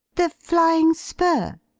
the flying spur,